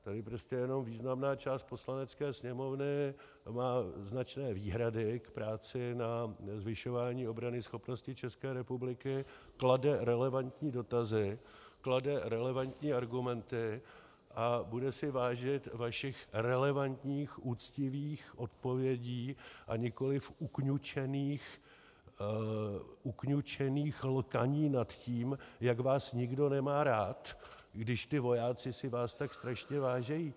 Tady prostě jenom významná část Poslanecké sněmovny má značné výhrady k práci na zvyšování obranyschopnosti České republiky, klade relevantní dotazy, klade relevantní argumenty a bude si vážit vašich relevantních uctivých odpovědí, a nikoliv ukňučených lkaní nad tím, jak vás nikdo nemá rád, když ti vojáci si vás tak strašně váží.